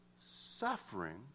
suffering